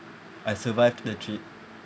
I survived the trip